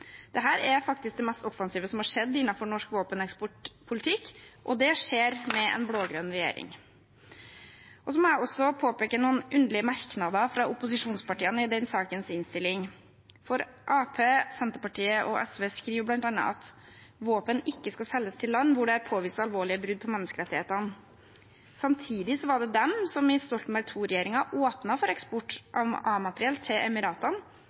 er faktisk det mest offensive som har skjedd innen norsk våpeneksportpolitikk, og det skjer med en blå-grønn regjering. Så må jeg også påpeke noen underlige merknader fra opposisjonspartiene i denne sakens innstilling. Arbeiderpartiet, Senterpartiet og SV skriver bl.a. at våpen ikke skal selges til land hvor det er påvist alvorlige brudd på menneskerettighetene. Samtidig var det de som i Stoltenberg II-regjeringen åpnet for eksport av A-materiell til Emiratene,